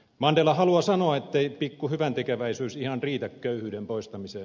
mandela haluaa sanoa ettei pikku hyväntekeväisyys ihan riitä köyhyyden poistamiseen